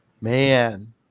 man